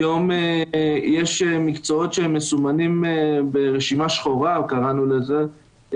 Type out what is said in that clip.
היום יש מקצועות שהם מסומנים ברשימה שחורה,